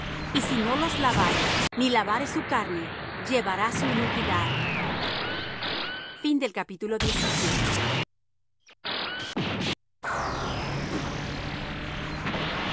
y si no los lavare ni lavare su carne llevará su iniquidad y